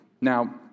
Now